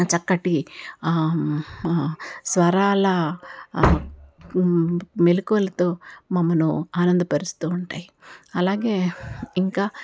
చక్కటి స్వరాల మెళకువలతో మమ్మును ఆనందపరుస్తూ ఉంటాయి అలాగే ఇంకా